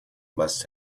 must